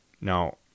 Now